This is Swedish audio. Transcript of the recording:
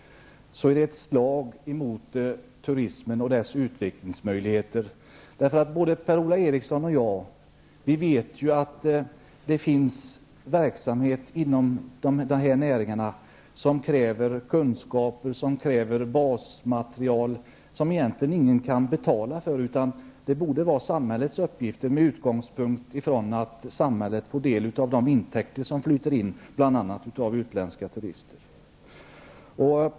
Låt mig då bara konstatera att detta är ett slag mot turismen och dess utvecklingsmöjligheter. Både Per-Ola Eriksson och jag vet att det finns verksamheter inom turistnäringen som kräver kunskaper och basmaterial som egentligen ingen kan betala för. Det borde dock vara samhällets uppgift att göra det, med utgångspunkt i att samhället får del av de intäkter som flyter in från bl.a. utländska turister.